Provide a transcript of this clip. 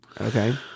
okay